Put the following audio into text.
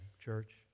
church